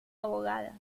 abogada